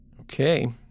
Okay